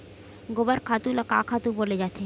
गोबर खातु ल का खातु बोले जाथे?